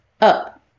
Up